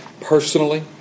personally